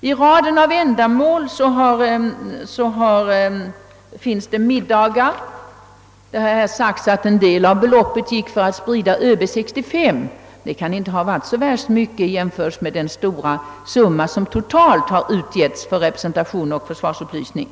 I raden av ändamål förekommer exempelvis luncher och middagar — det har även sagts att en del av beloppet användes för att sprida ' ÖB 65. Detta kan dock inte ha kostat så värst mycket av den stora summa som totalt har utgetts för representation och försvarsupplysning.